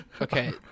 Okay